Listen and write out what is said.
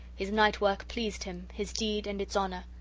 his night-work pleased him, his deed and its honor.